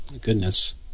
Goodness